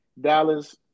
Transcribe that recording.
Dallas